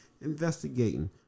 Investigating